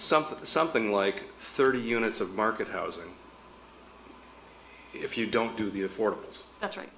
something something like thirty units of market housing if you don't do the affordable that's right